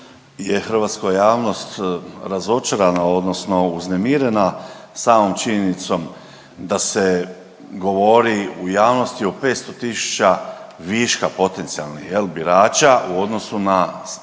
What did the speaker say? hrvatska javnost razočarana odnosno uznemirena samom činjenicom da se govori u javnosti o 500 tisuća viška potencijalnih jel birača u odnosu na broj